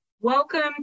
Welcome